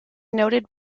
noted